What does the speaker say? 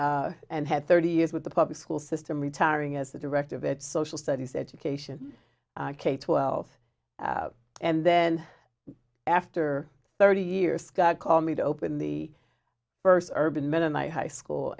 and had thirty years with the public school system retiring as the director of its social studies education k twelve and then after thirty years scott called me to open the first urban men in my high school